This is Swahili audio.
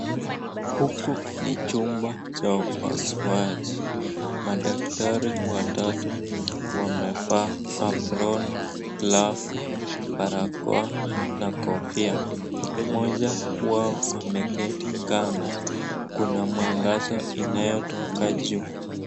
Huku ni chumba cha upasuaji. Madaktari watatu wamevaa aproni, glavu, barakoa na kofia. Mmoja wao ameketi kando. Kuna mwangaza inayotoka juu.